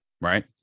right